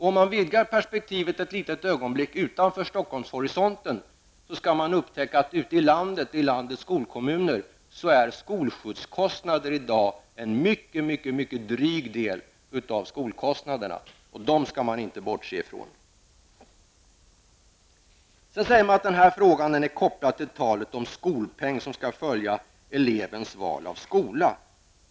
Om man vidgar perspektivet ett litet ögonblick och tittar utanför Stockholmshorisonten, skall man upptäcka att ute i landets skolkommuner är skolskjutskostnader i dag en mycket dryg del av skolkostnaderna. Dem skall man inte bortse ifrån. Sedan sägs det att frågan är kopplad till den skolpeng som skall följa elevens val av skola.